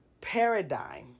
paradigm